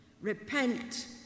Repent